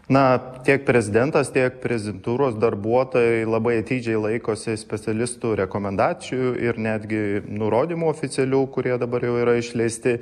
na tiek prezidentas tiek prezidentūros darbuotojai labai atidžiai laikosi specialistų rekomendacijų ir netgi nurodymų oficialių kurie dabar jau yra išleisti